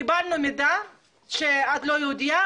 קיבלנו מידע שאת לא יהודייה,